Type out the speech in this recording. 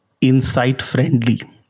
insight-friendly